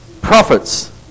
prophets